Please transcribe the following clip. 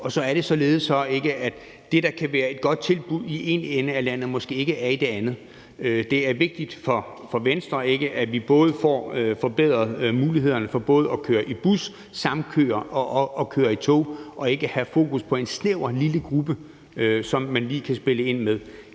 det, der kan være et godt tilbud i en ende af landet, måske ikke er det i en anden. Det er vigtigt for Venstre, at vi får forbedret mulighederne for både at køre i bus, samkøre og køre i tog – og ikke at have fokus på en snæver lille gruppe, som man lige kan spille ind med.